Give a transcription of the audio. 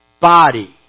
body